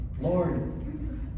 Lord